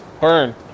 Burn